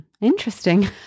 Interesting